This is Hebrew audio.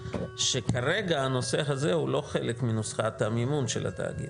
שכרגע הנושא הזה הוא לא חלק מנוסחת המימון של התאגיד.